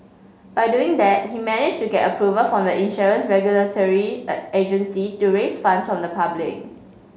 by doing that he managed to get approval from the insurance regulatory a agency to raise funds from the public